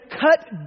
cut